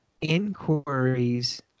inquiries